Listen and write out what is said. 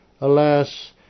Alas